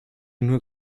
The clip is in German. nur